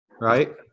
Right